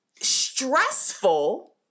stressful